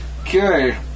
Okay